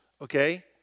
Okay